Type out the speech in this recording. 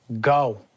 go